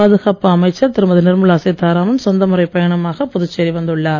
பாதுகாப்பு அமைச்சர் திருமதி நிர்மலா சீதாராமன் சொந்தமுறைப் பயணமாக புதுச்சேரி வந்துள்ளார்